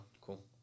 cool